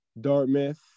Dartmouth